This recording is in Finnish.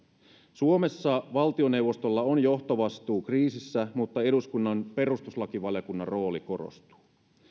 suomessa valtioneuvostolla on johtovastuu kriisissä mutta eduskunnan perustuslakivaliokunnan rooli korostuu